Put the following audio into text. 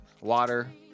water